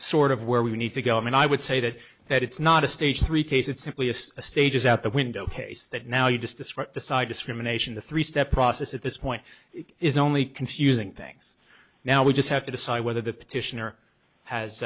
sort of where we need to go and i would say that that it's not a stage three case it's simply a stage is out the window case that now you just described decide discrimination the three step process at this point is only confusing things now we just have to decide whether the petitioner has